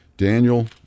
Daniel